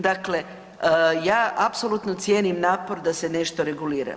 Dakle, ja apsolutno cijenim napor da se nešto regulira.